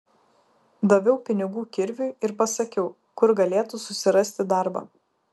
daviau pinigų kirviui ir pasakiau kur galėtų susirasti darbą